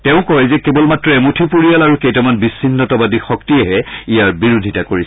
তেওঁ কয় যে কেৱল মাত্ৰ এমূঠি পৰিয়াল আৰু কেইটামান বিছিন্নতাবাদী শক্তিয়েহে ইয়াৰ বিৰোধিতা কৰিছে